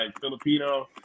Filipino